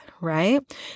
right